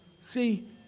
See